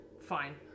fine